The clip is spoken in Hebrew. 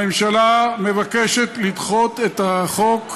הממשלה מבקשת לדחות את החוק,